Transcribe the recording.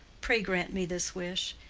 pray grant me this wish.